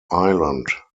island